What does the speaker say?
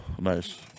Nice